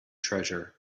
treasure